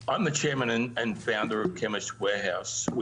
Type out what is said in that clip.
להלן דבריו:) אני יושב-ראש ומייסד של Chemist Warehouse,